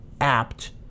apt